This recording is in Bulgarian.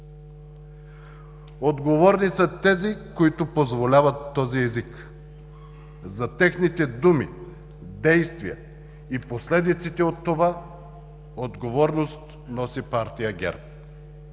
Отговорни са тези, които позволяват този език. За техните думи, действия и последиците от това отговорност носи партия ГЕРБ.